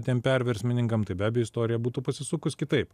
ten perversmininkam tai be abejo istorija būtų pasisukus kitaip